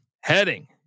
heading